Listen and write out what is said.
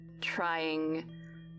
trying